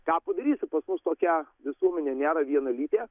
ką padarysi pas mus tokia visuomenė nėra vienalytė